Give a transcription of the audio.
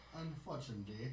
unfortunately